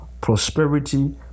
prosperity